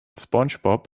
spongebob